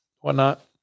whatnot